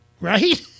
right